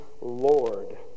Lord